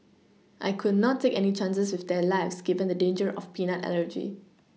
I could not take any chances with their lives given the danger of peanut allergy